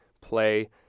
play